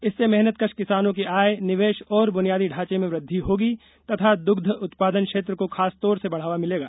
इससे मेहनतकश किसानों की आय निवेश और बुनियादी ढांचे में वृद्धि होगी तथा दुग्ध उत्पादन क्षेत्र को खासतौर से बढ़ावा मिलेगा